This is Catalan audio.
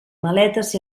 maletes